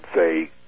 say